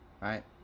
right